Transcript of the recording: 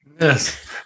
Yes